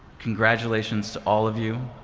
congratulations to all of you.